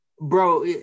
Bro